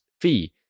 fee